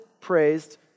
praised